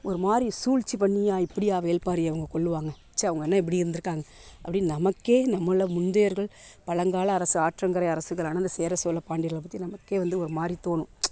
ஒருமாதிரி சூழ்ச்சி பண்ணியா இப்படியா வேள்பாரியை அவங்க கொல்லுவாங்க ச்சே அவங்க என்ன இப்படி இருந்திருக்காங்க அப்படினு நமக்கே நம்ம முந்தையர்கள் பழங்கால அரசு ஆற்றங்கரை அரசுகளான அந்த சேர சோழ பாண்டியர்களை பற்றி நமக்கு வந்து ஒருமாதிரி தோணும்